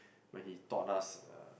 like he taught us uh